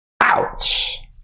ouch